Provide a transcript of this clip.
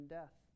death